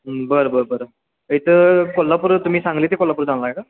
बरं बरं बरं इथं कोल्हापूर तुम्ही सांगली ते कोल्हापूर जाणार आहे का